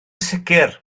sicr